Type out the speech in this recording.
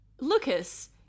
Lucas